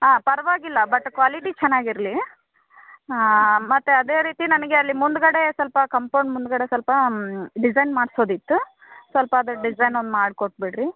ಹಾಂ ಪರವಾಗಿಲ್ಲ but quality ಚನಾಗಿರಲಿ ಮತ್ತು ಅದೇ ರೀತಿ ನನಗೆ ಅಲ್ಲಿ ಮುಂದ್ಗಡೆ ಸ್ವಲ್ಪ ಕಂಪೌಂಡ್ ಮುಂದ್ಗಡೆ ಸ್ವಲ್ಪ ಡಿಸೈನ್ ಮಾಡ್ಸೋದಿತ್ತ ಸ್ವಲ್ಪ ಅದು ಡಿಸೈನ್ ಒಂದು ಮಾಡಿ ಕೊಟ್ಬಿಡ್ರಿ